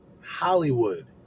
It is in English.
Hollywood